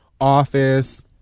office